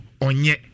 onye